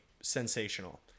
sensational